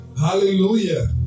Hallelujah